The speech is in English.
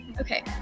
Okay